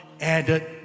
added